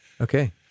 Okay